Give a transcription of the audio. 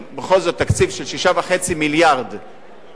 בכל זאת תקציב של 6.5 מיליארד שקלים,